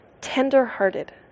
tender-hearted